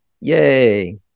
Yay